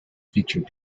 feature